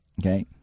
okay